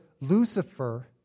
Lucifer